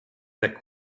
that